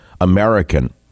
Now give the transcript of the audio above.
American